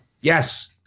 Yes